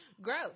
Gross